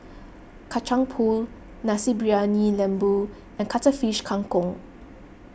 Kacang Pool Nasi Briyani Lembu and Cuttlefish Kang Kong